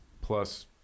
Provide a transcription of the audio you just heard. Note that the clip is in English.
Plus